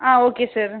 ah okay sir